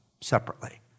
separately